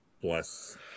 Bless